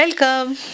Welcome